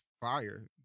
fire